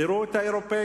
תראו את האירופים.